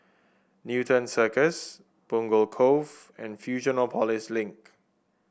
Newton Circus Punggol Cove and Fusionopolis Link